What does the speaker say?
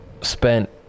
spent